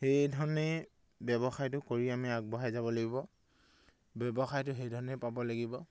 সেইধৰণেই ব্যৱসায়টো কৰি আমি আগবঢ়াই যাব লাগিব ব্যৱসায়টো সেইধৰণে পাব লাগিব